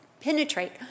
penetrate